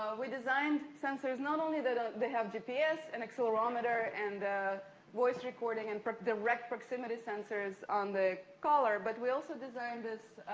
we designed sensors. not only do ah they have gps, an accelerometer and voice recording, and direct proximity sensors on the collar, but we also designed this,